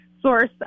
source